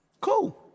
cool